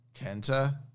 Kenta